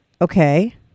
okay